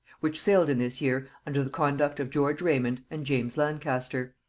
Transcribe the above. which sailed in this year under the conduct of george raymond and james lancaster.